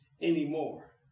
Anymore